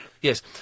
Yes